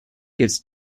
gives